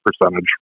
percentage